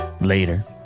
Later